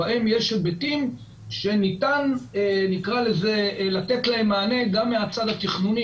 בהם יש היבטים שניתן לתת להם מענה גם מהצד התכנון,